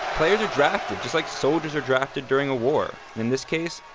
players are drafted just like soldiers are drafted during a war. in this case,